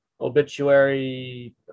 obituary